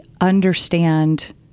understand